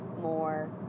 more